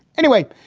anyway,